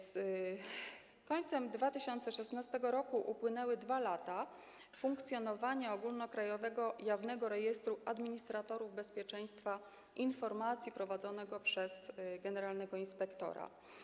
Z końcem 2016 r. upłynęły 2 lata funkcjonowania ogólnokrajowego, jawnego rejestru administratorów bezpieczeństwa informacji prowadzonego przez generalnego inspektora.